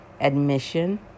admission